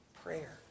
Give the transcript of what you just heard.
prayer